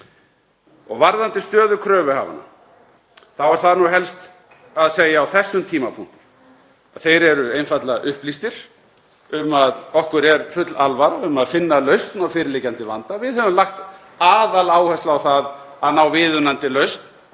Varðandi stöðu kröfuhafanna er það helst að segja á þessum tímapunkti að þeir eru einfaldlega upplýstir um að okkur er full alvara um að finna lausn á fyrirliggjandi vanda. Við höfum lagt aðaláherslu á það að ná viðunandi lausn